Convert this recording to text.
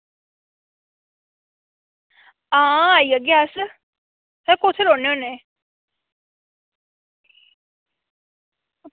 हां आई जाह्गे अस तुस कुत्थें रौह्न्ने होन्ने